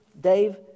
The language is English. Dave